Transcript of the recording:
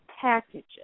packages